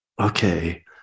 Okay